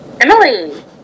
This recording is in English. Emily